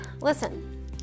Listen